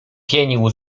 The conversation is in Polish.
pienił